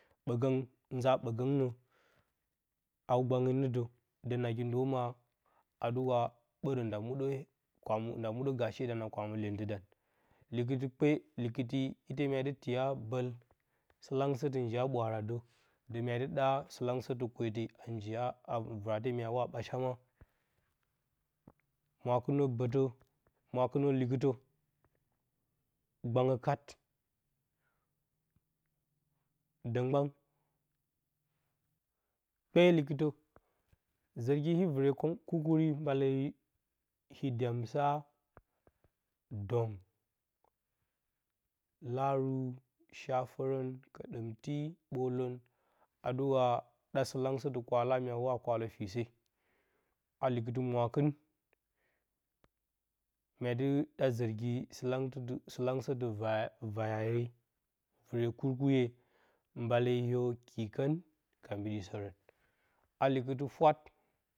Bəgən, nzaa ɓəgəntɨnə hau-tɨ-gbange nə də, də nagi ndoma adɨ wa ɓərə gə nda mudə, nda mudə gaashe dan, a kwami-iyentɨ dan. Lɨkɨlɨ kpe likɨti ite mya dɨ tiya bol sɨlangsətɨ njirya ɓwaara də, də mya dɨ ɗa sipls-langsətɨ kwete a njiya, a vɨrate mya ti wa balama. Mwakɨnə bətə, mwakɨnə likɨtə gbangə kat də mgban kpeeyo likɨtə zərgi i vɨre kur-kuyi mba le yo dyamsa, dong, hawaru, shafərə, koɗəmti, bələn adɨ wa ɗa st-langsati kwala-mya wa kwalə-fise. A likɨti mwakin myadɨ ɗa zərgi sɨ-langsətɨ sɨ-langsətɨ va- vayaye, vire kurkurye mbale yo kikon ka mbibpisərə a likɨtɨ fwat.